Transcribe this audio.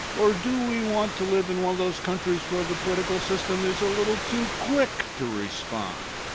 or do we want to live in one of those countries where the political system is a little too quick to respond?